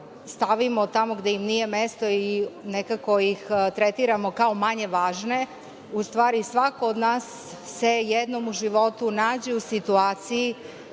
stavimo tamo gde im nije mesto i nekako ih tretiramo kao manje važne. U stvari, svako od nas se jednom u životu nađe u situaciji